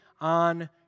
on